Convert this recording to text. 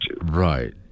Right